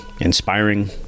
inspiring